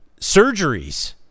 surgeries